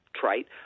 trite